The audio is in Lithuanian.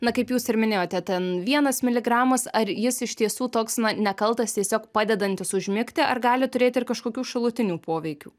na kaip jūs ir minėjote ten vienas miligramas ar jis iš tiesų toks na nekaltas tiesiog padedantis užmigti ar gali turėti ir kažkokių šalutinių poveikių